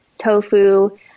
tofu